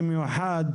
מיוחד,